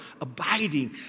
abiding